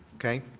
okay?